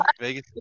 Vegas